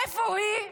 איפה היא?